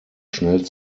schnell